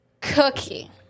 cookie